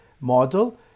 model